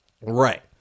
Right